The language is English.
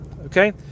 okay